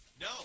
No